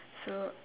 so